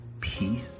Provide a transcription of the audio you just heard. Peace